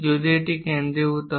যদি এটি কেন্দ্রীভূত হয়